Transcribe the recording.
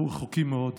אנחנו רחוקים מאוד.